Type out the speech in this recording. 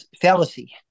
fallacy